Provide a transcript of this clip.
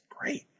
great